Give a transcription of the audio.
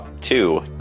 two